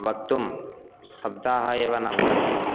वक्तुं शब्दाः एव न भवन्ति